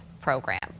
program